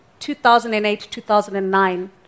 2008-2009